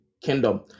kingdom